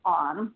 on